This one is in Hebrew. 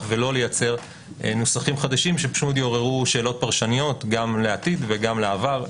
ולא לייצר נוסחים חדשים שיעוררו שאלות פרשניות גם לעתיד וגם בעבר.